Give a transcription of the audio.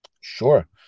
Sure